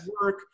work